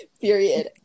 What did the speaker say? period